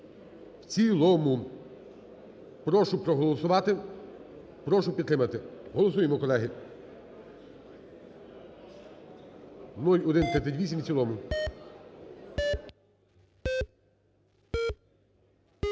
в цілому. Прошу проголосувати, прошу підтримати. Голосуємо, колеги, 0138 в цілому.